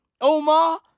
Omar